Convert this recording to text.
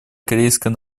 корейская